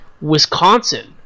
Wisconsin